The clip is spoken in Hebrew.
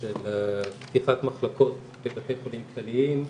של פתיחת מחלקות בבתי חולים כלליים,